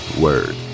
Word